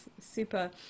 super